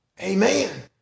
Amen